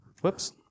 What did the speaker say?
Whoops